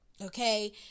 Okay